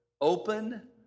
open